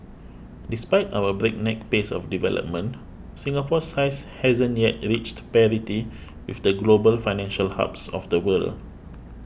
despite our breakneck pace of development Singapore's size hasn't yet reached parity with the global financial hubs of the world